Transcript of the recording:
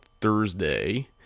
Thursday